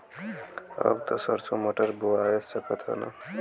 अब त सरसो मटर बोआय सकत ह न?